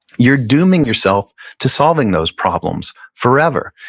you're dooming yourself to solving those problems forever.